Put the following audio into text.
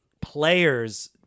players